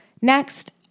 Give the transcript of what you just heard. Next